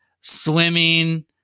swimming